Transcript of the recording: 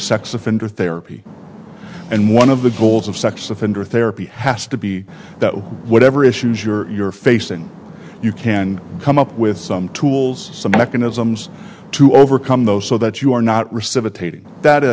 sex offender therapy and one of the goals of sex offender therapy has to be that whatever issues you're facing you can come up with some tools some mechanisms to overcome those so that you are not